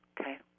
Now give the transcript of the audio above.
Okay